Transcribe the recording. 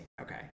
okay